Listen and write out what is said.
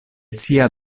sia